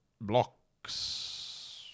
blocks